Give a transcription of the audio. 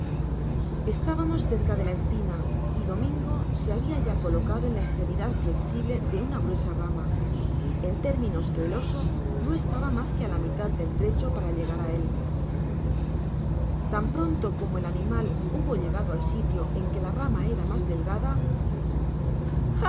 estábamos cerca de la encina y domingo se habia ya colocado en la estreraidad flexible de una gruesa rama en términos que el oso no estaba mas que á la mitad del trecho para llegar á él tan pronto como el animal hubo llegado al sitio en que la rama era mas delgada